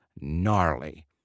gnarly